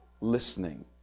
listening